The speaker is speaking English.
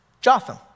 Jotham